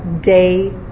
day